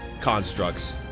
constructs